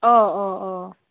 آ آ آ